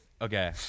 Okay